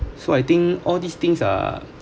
so I think all these things are